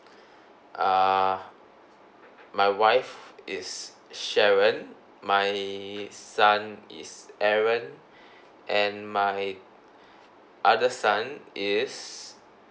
uh my wife is sharon my son is aaron and my other son is